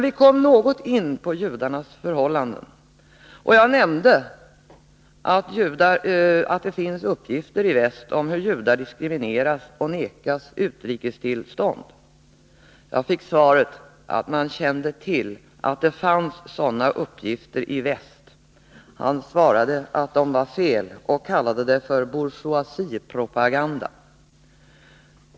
Vi kom då något in på judarnas förhållanden, och jag nämnde att det finns uppgifter i väst om hur judar diskrimineras och vägras utresetillstånd. Jag fick svaret att man kände till att det fanns sådana uppgifter i väst. Tjänstemannen i fråga sade att de var felaktiga och kallade det för bourgeoisiepropaganda.